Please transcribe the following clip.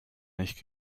nicht